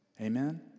Amen